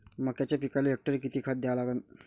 मक्याच्या पिकाले हेक्टरी किती खात द्या लागन?